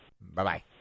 Bye-bye